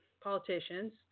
politicians